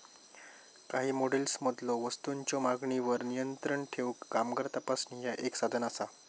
काही मॉडेल्समधलो वस्तूंच्यो मागणीवर नियंत्रण ठेवूक कामगार तपासणी ह्या एक साधन असा